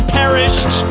perished